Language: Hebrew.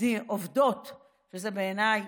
בעיניי